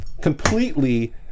completely